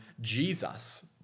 Jesus